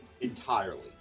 entirely